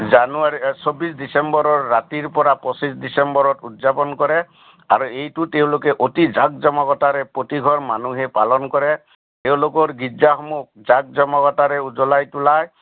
জানুৱাৰী চৌবিছ ডিচেম্বৰৰ ৰাতিৰপৰা পঁচিছ ডিচেম্বৰত উদযাপন কৰে আৰু এইটো তেওঁলোকে অতি জাক জমকতাৰে প্ৰতিঘৰ মানুহে পালন কৰে তেওঁলোকৰ গীৰ্জাসমূহ জাক জমকতাৰে উজ্বলাই তুলাই